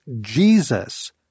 Jesus